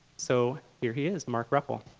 so here he is, marc ruppel.